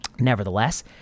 Nevertheless